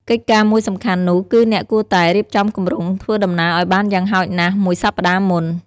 កិច្ចការមួយសំខាន់នោះគឺអ្នកគួរតែ រៀបចំគម្រោងធ្វើដំណើរឱ្យបានយ៉ាងហោចណាស់មួយសប្ដាហ៍មុន។